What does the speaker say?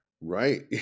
Right